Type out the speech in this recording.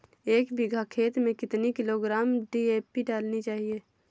एक बीघा खेत में कितनी किलोग्राम डी.ए.पी डालनी चाहिए?